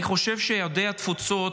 אני חושב שיהודי התפוצות,